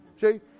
See